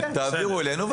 תעבירו אלינו.